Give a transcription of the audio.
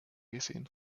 gesehen